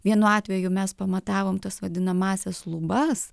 vienu atveju mes pamatavom tas vadinamąsias lubas